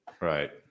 right